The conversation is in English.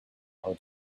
how